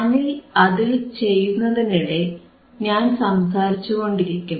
അനിൽ അത് ചെയ്യുന്നതിനിടെ ഞാൻ സംസാരിച്ചുകൊണ്ടിരിക്കും